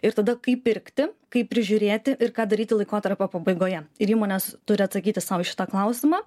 ir tada kaip pirkti kaip prižiūrėti ir ką daryti laikotarpio pabaigoje ir įmonės turi atsakyti sau į šitą klausimą